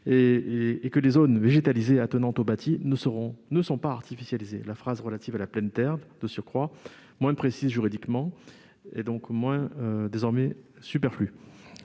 et les zones végétalisées attenantes au bâti ne sont pas artificialisées. La phrase relative à la pleine terre, moins précise juridiquement, est donc désormais superflue.